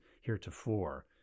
heretofore